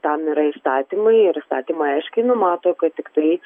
tam yra įstatymai ir įstatymai aiškiai numato kad tiktai